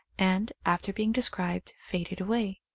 and, after being described, faded away.